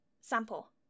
Sample